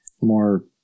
more